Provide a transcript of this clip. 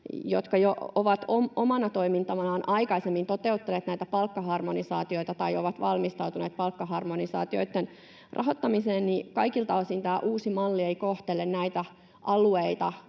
jotka ovat jo omana toimintanaan aikaisemmin toteuttaneet näitä palkkaharmonisaatioita tai ovat valmistautuneet palkkaharmonisaatioitten rahoittamiseen, kaikilta osin tämä uusi malli ei kohtele näitä alueita